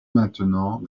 maintenant